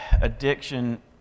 addiction